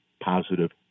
positive